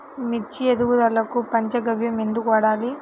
మిర్చి ఎదుగుదలకు పంచ గవ్య ఎందుకు వాడాలి?